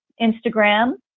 Instagram